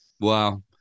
Wow